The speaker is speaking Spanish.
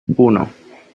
uno